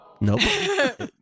Nope